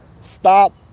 stop